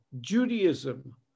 Judaism